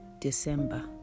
December